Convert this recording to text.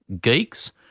Geeks